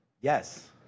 Yes